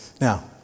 Now